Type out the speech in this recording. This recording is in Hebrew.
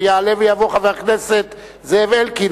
יעלה ויבוא חבר הכנסת זאב אלקין,